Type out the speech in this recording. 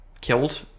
killed